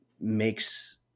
makes